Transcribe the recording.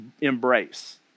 embrace